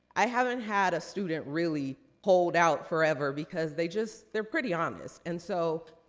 i haven't had a student really hold out forever, because they just, they're pretty honest. and so,